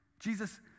Jesus